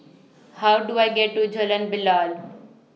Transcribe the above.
How Do I get to Jalan Bilal